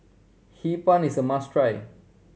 Hee Pan is a must try